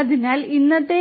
അതിനാൽ ഇന്നത്തെ